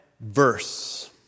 verse